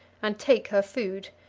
and take her food,